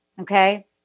Okay